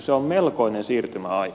se on melkoinen siirtymäaika